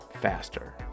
faster